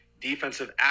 defensive